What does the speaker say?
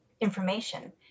information